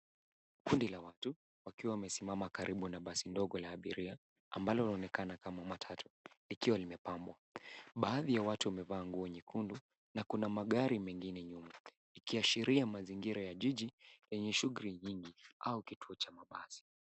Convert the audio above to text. Kundi la watu wakiwa wamesimama Karibu na basi ndogo ya abiria ambalo linaonekana kama matatu likiwa limepambwa, baadhi ya watu wamevaa nguo nyekundu Na kuna magari mengine nyuma ikiashiria mazingira ya jiji yenye shughuli nyingi au kituo cha basi.